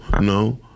no